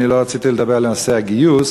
אני לא רציתי לדבר על נושא הגיוס,